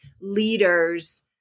leaders